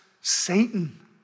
Satan